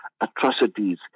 atrocities